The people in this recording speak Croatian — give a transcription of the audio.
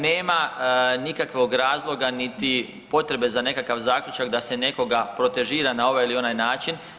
Nema nikakvog razloga niti potrebe za nekakav zaključak da se nekoga protežira na ovaj ili onaj način.